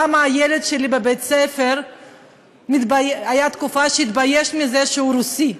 למה הייתה תקופה שהילד שלי בבית-הספר התבייש בזה שהוא רוסי,